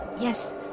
Yes